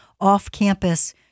off-campus